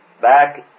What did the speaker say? back